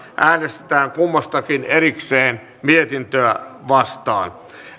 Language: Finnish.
äänestetään erikseen mietintöä vastaan